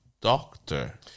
doctor